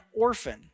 orphan